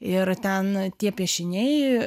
ir ten tie piešiniai